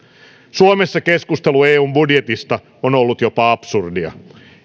suomessa keskustelu eun budjetista on ollut jopa absurdia